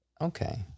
Okay